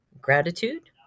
gratitude